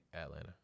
Atlanta